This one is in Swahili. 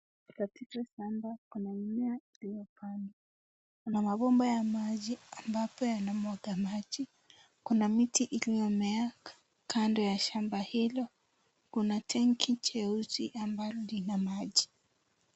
Katika shamba kuna mimea iliyopandwa. Kuna mabomba ya maji ambapo yanamwaga maji. Kuna miti iliyomea kando ya shamba hilo. Kuna tenki jeusi ambalo lina maji.